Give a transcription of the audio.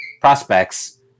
prospects